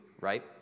right